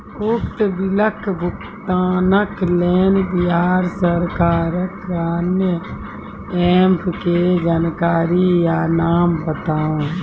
उक्त बिलक भुगतानक लेल बिहार सरकारक आअन्य एप के जानकारी या नाम बताऊ?